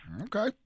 Okay